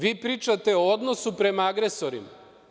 Vi pričate o odnosu prema agresorima.